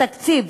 בתקציב,